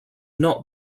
not